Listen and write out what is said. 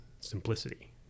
simplicity